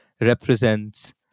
represents